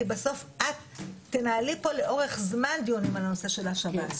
כי בסוף את תנהלי פה לאורך זמן דיונים על הנושא של השב"ס.